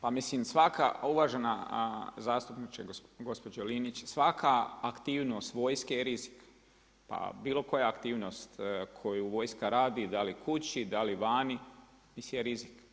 Pa mislim svaka, uvažena zastupnice gospođo Linić, svaka aktivnost vojske je rizik, pa bilo koja aktivnost koju vojska radi, da li kući, da li vani, misija je rizik.